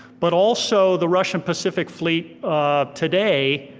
but also the russian pacific fleet today,